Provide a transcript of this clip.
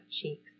cheeks